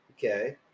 Okay